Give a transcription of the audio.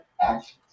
actions